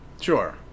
Sure